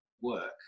work